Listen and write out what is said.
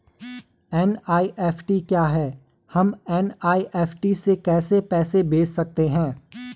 NEFT क्या है हम एन.ई.एफ.टी से कैसे पैसे भेज सकते हैं?